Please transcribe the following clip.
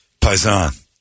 Paisan